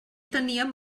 teníem